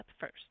first